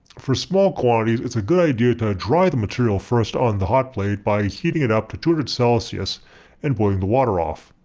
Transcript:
for small quantities its a good idea to dry the material first on the hotplate by heating it up to two hundred celsius and boiling the water off.